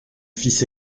fils